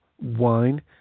wine